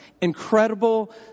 incredible